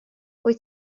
wyt